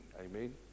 Amen